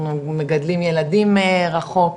אנחנו מגדלים ילדים מרחוק,